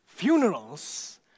Funerals